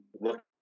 look